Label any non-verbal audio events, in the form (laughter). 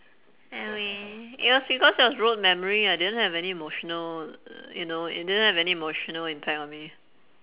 I mean it was because it was rote memory I didn't have any emotional (noise) you know it didn't have any emotional impact on me